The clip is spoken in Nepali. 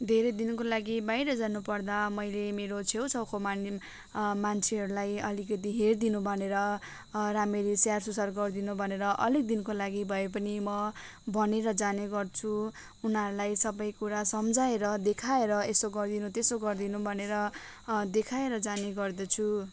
धेरै दिनको लागि बाहिर जानुपर्दा मैले मेरो छेउछाउको मान मान्छेहरूलाई अलिकति हेरिदिनु भनेर राम्ररी स्याहारसुसार गरिदिनु भनेर अलिक दिनको लागि भए पनि म भनेर जाने गर्छु उनीहरूलाई सबै कुरा सम्झाएर देखाएर यसो गरिदिनु त्यसो गरिदिनु भनेर देखाएर जाने गर्दछु